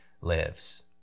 lives